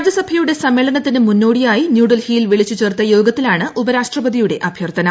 രാജ്യസഭയുടെ സമ്മേളനത്തിന് മുന്നോടിയായി ന്യൂഡൽഹിയിൽ വിളിച്ചു ചേർത്ത് യോഗത്തിലാണ് ഉപരാഷ്ട്രപതിയുടെ അഭ്യർത്ഥന